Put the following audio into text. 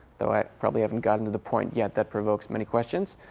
though i probably haven't gotten to the point yet that provokes many questions.